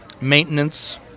Maintenance